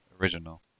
original